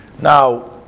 Now